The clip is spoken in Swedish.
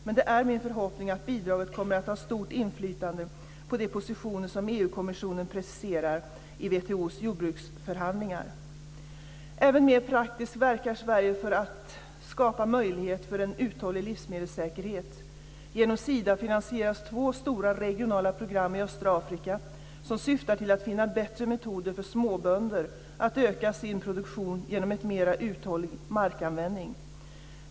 Men det är min förhoppning att bidraget kommer att ha stort inflytande på de positioner som EU-kommissionen presenterar i Även mer praktiskt verkar Sverige för att skapa möjligheter för en uthållig livsmedelssäkerhet. Genom Sida finansieras två stora regionala program i östra Afrika som syftar till att finna bättre metoder för småbönder att öka sin produktion genom en mera uthållig markanvändning.